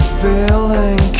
feeling